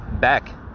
back